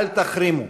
אל תחרימו,